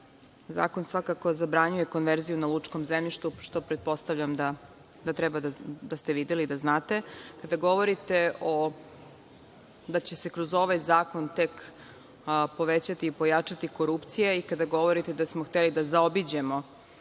zakon svakako zabranjuje konverziju na lučkom zemljištu, što pretpostavljam da treba da ste videli, da znate. Kada govorite da će se kroz ovaj zakon tek povećati i pojačati korupcija i kada govorite da smo hteli da zaobiđemo